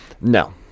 No